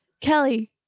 Kelly